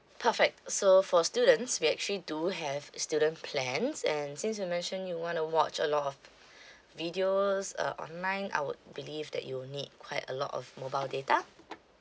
perfect so for students we actually do have student plans and since you mentioned you wanna watch a lot of videos uh online I would believe that you need quite a lot of mobile data